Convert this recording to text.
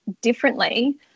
differently